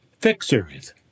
fixers